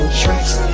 tracks